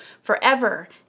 forever